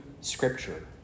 Scripture